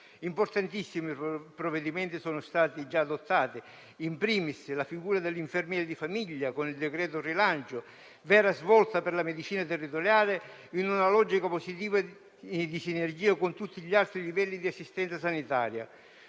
provvedimenti sono stati già adottati: penso, *in primis,* alla figura dell'infermiere di famiglia, con il cosiddetto decreto rilancio, vera svolta per la medicina territoriale, in una logica positiva di sinergia con tutti gli altri livelli di assistenza sanitaria.